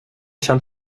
känt